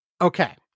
Okay